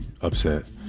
upset